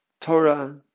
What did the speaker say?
Torah